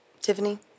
Tiffany